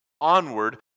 onward